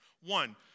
One